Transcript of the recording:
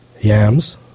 yams